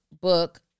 book